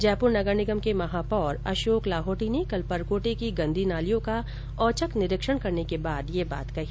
जयपुर नगर निगम के महापौर अशोक लाहोटी ने कल परकोटे की गन्दी नालियों का औचक निरीक्षण करने के बाद ये बात कही